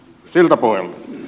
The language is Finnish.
siltä pohjalta